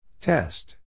Test